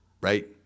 right